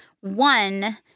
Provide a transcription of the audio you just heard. one